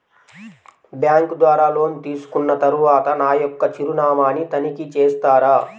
Bank ద్వారా loan తీసుకున్న తరువాత నా యొక్క చిరునామాని తనిఖీ చేస్తారా?